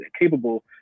capable